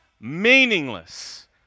meaningless